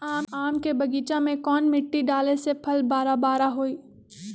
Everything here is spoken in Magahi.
आम के बगीचा में कौन मिट्टी डाले से फल बारा बारा होई?